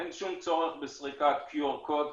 אין שום צורך בסריקת QR קוד.